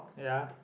ya